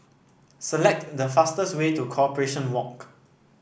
select the fastest way to Corporation Walk